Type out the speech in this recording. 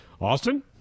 Austin